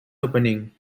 opening